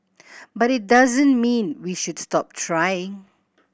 but it doesn't mean we should stop trying